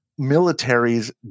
militaries